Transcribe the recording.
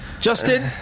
Justin